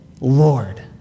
Lord